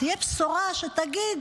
שתהיה בשורה שתגיד: